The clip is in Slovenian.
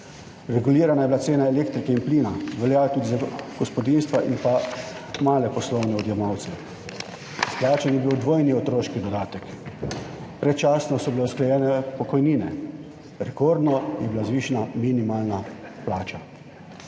Regulirana je bila cena elektrike in plina, velja tudi za gospodinjstva in male poslovne odjemalce. Izplačan je bil dvojni otroški dodatek. Predčasno so bile usklajene pokojnine. Rekordno je bila zvišana minimalna plača.